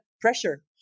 pressure